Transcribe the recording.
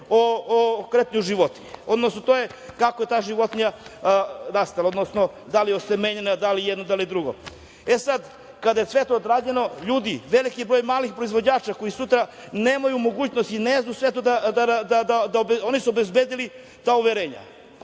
o kretanju životinje, odnosno kako je ta životinja nastala, da li je osemenjena, da li jedno, da li drugo. Sada kada je sve to odrađeno, ljudi, veliki broj malih proizvođača koji sutra nemaju mogućnosti, ne znaju sve to da… Oni su obezbedili ta uverenja.